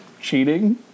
cheating